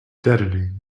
deadening